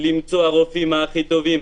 למצוא את הרופאים הכי טובים.